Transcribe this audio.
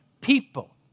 people